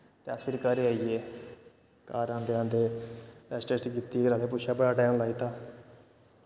ते अस फिर घरै गी आई गे घर आंदे आंदे रैस्ट रुस्ट कीती ते फिर असें पुच्छेआ बड़ा टैम लाई दित्ता